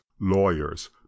lawyers